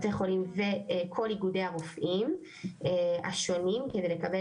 בתי החולים ולכל איגודי הרופאים השונים על מנת לקבל